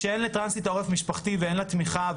כשאין לטרנסית עורף משפחתי ואין לה תמיכה,